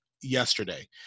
yesterday